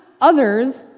others